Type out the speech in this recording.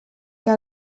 què